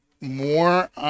more